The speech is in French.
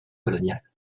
coloniales